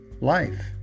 Life